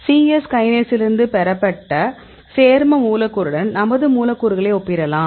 C S கைனேஸிலிருந்து பெறப்பட்ட சேர்ம மூலக்கூறுடன் நமது மூலக்கூறுகளை ஒப்பிடலாம்